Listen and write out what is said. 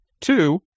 Two